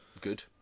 good